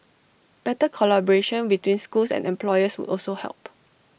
better collaboration between schools and employers would also help